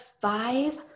five